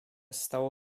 stało